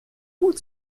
hut